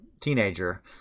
teenager